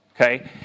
okay